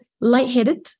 lightheaded